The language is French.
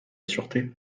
sûreté